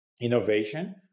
innovation